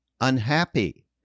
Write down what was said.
unhappy